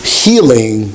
healing